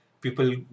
People